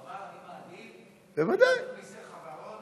הוא אמר: אני מעדיף, חברות